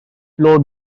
floor